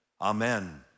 Amen